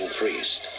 priest